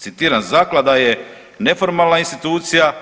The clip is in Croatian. Citiram, zaklada je neformalna institucija